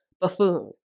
buffoon